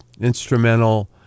instrumental